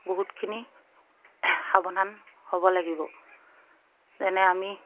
বহুতখিনি সাৱধান হ'ব লাগিব যেনে আমি